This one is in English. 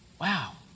Wow